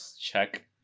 check